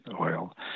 oil